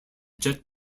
jet